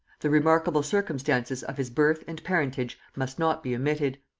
the remarkable circumstances of his birth and parentage must not be omitted.